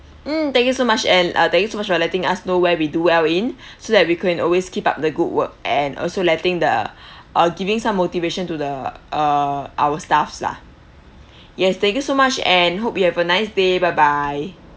mm thank you so much and uh thank you so much for letting us know where we do well in so that we can always keep up the good work and also letting the uh giving some motivation to the uh our staffs lah yes thank you so much and hope you have a nice day bye bye